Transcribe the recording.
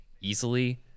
easily